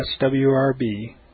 swrb